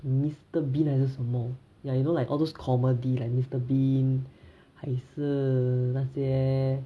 mr bean 还是什么 ya you know like all those comedy like mr bean 还是那些